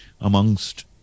amongst